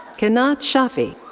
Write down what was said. kinaat shafi.